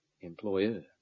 employer